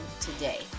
today